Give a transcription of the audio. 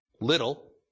little